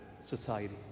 society